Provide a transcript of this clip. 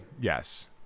Yes